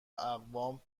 اقوام